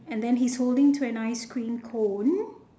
and then he is holding to an ice cream cone